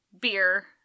beer